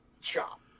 shop